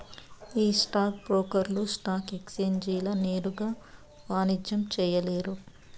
ఈ స్టాక్ బ్రోకర్లు స్టాక్ ఎక్సేంజీల నేరుగా వాణిజ్యం చేయలేరు